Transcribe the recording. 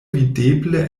videble